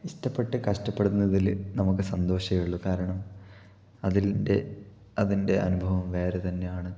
ഇഷ്ടപ്പെട്ടു കഷ്ടപ്പെടുന്നതില് നമ്മള്ക്ക് സന്തോഷമേയുള്ളു കാരണം അതിന്റെ അതിന്റെ അനുഭവം വേറെ തന്നെയാണ്